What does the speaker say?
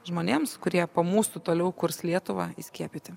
žmonėms kurie po mūsų toliau kurs lietuvą įskiepyti